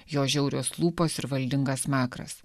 jo žiaurios lūpos ir valdingas smakras